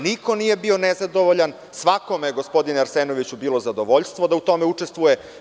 Niko nije bio nezadovoljan, svakome je, gospodine Arsenoviću bilo zadovoljstvo da u tome učestvuje.